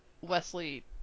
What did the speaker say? Wesley